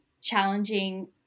challenging